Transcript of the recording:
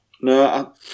No